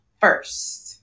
first